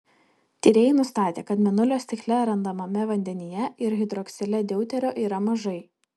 tyrėjai nustatė kad mėnulio stikle randamame vandenyje ir hidroksile deuterio yra mažai